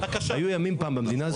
היו ימים במדינה הזאת,